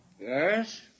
Yes